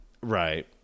right